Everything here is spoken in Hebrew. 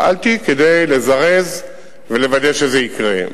פעלתי כדי לזרז ולוודא שזה יקרה.